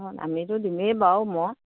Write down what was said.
অঁ আমিতো দিমেই বাৰু মই